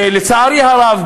שלצערי הרב,